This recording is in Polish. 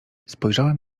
spojrzałem